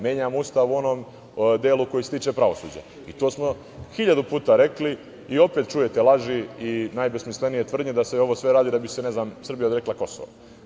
Menjamo Ustav u onom delu koji se tiče pravosuđa i to smo hiljadu puta rekli i opet čujete laži i najbesmislenije tvrdnje da se sve ovo radi da bi se Srbija odrekla Kosova.